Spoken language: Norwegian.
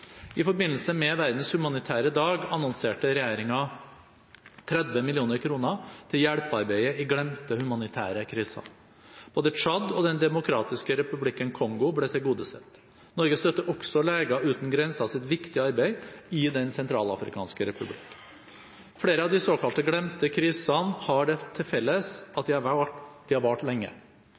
I forbindelse med Verdens humanitære dag annonserte regjeringen 30 mill. kr til hjelpearbeidet i glemte humanitære kriser. Både Tsjad og Den demokratiske republikken Kongo ble tilgodesett. Norge støtter også Leger Uten Grensers viktige arbeid i Den sentralafrikanske republikk. Flere av de såkalt glemte krisene har det til felles at de har vart lenge.